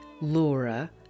Laura